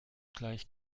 gleich